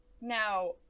Now